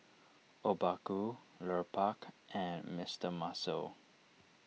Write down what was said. Obaku Lupark and Mister Muscle